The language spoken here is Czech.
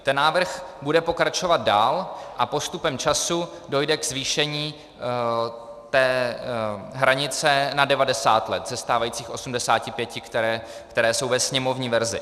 Ten návrh bude pokračovat dál a postupem času dojde k zvýšení té hranice na 90 let ze stávajících 85, které jsou ve sněmovní verzi.